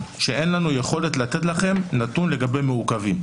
שאין לנו יכולת לתת לכם נתון לגבי מעוכבים.